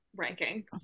rankings